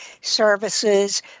services